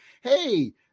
hey